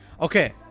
Okay